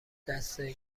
دسته